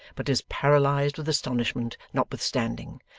but is paralysed with astonishment notwithstanding.